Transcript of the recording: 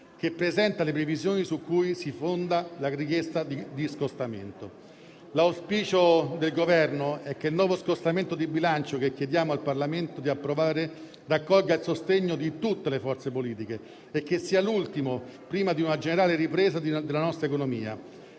che presenta le previsioni su cui si fonda la richiesta di scostamento. L'auspicio del Governo è che il nuovo scostamento di bilancio che chiediamo al Parlamento di approvare raccolga il sostegno di tutte le forze politiche e sia l'ultimo prima di una generale ripresa della nostra economia.